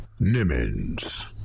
Nimmons